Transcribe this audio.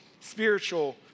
spiritual